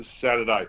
Saturday